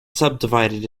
subdivided